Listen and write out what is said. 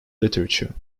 literature